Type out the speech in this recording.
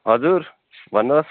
हजुर भन्नुहोस्